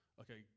okay